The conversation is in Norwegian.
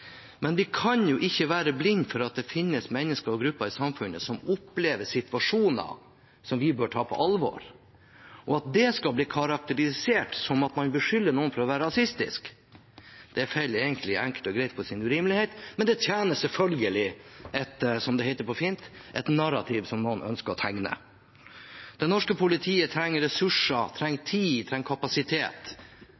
men vi kan jo ikke være blinde for at det finnes mennesker og grupper i samfunnet som opplever situasjoner vi bør ta på alvor. At det skal bli karakterisert som at man beskylder noen for å være rasistiske, faller egentlig enkelt og greit på sin egen urimelighet, men det tjener selvfølgelig et narrativ – som det heter på fint – som noen ønsker å tegne. Det norske politiet trenger ressurser,